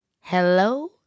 Hello